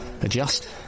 adjust